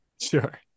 Sure